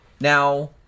Now